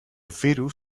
virus